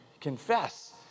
confess